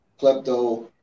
Klepto